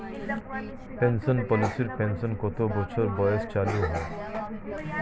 Pension পলিসির pension কত বছর বয়সে চালু হয়?